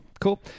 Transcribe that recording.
cool